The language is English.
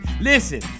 Listen